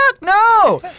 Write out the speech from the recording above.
no